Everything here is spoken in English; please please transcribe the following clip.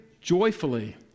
joyfully